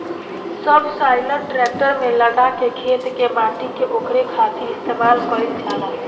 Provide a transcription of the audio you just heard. subsoiler tractor में लगा के खेत के माटी के कोड़े खातिर इस्तेमाल कईल जाला